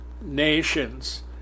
nations